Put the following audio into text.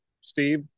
Steve